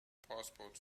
passport